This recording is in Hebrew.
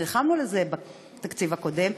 כבר נלחמנו על זה בתקציב הקודם,